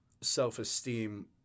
self-esteem